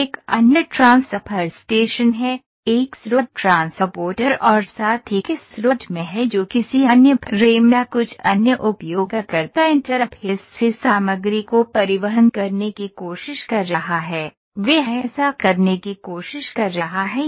एक अन्य transfer station है एक स्रोत ट्रांसपोर्टर और साथ ही किस स्रोत में है जो किसी अन्य फ्रेम या कुछ अन्य उपयोगकर्ता इंटरफेस से सामग्री को परिवहन करने की कोशिश कर रहा है वह ऐसा करने की कोशिश कर रहा है